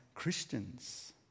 Christians